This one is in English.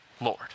Lord